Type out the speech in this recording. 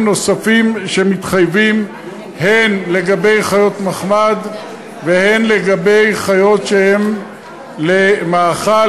נוספים שמתחייבים הן לגבי חיות מחמד והן לגבי חיות שהן למאכל,